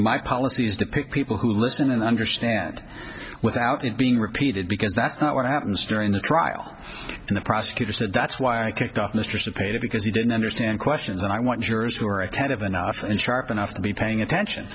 my policy is to pick people who listen and understand without it being repeated because that's not what happens during the trial and the prosecutor said that's why i kicked off the streets of paper because he didn't understand questions and i want jurors who are attentive enough and sharp enough to be paying attention